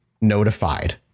notified